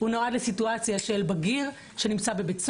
הוא נועד לסיטואציה של בגיר שנמצא בבית סוהר,